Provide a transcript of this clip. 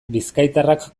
bizkaitarrak